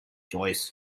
joyous